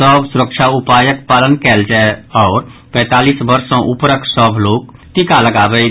सभ सुरक्षा उपायक पालन कयल जाय आओर पैंतालीस वर्ष सॅ ऊपरक सभ लोक टीका लगावैथ